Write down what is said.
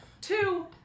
Two